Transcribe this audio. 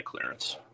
clearance